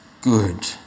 good